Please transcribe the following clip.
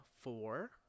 four